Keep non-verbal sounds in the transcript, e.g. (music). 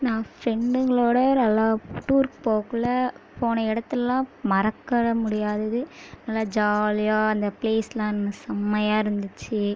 நான் ஃப்ரெண்டுங்களோடு (unintelligible) டூர் போகக்குள்ள போன இடத்துலலாம் மறக்கற முடியாதது நல்லா ஜாலியாக அந்த ப்லேஸ்லாம் செம்மையாக இருந்துச்சு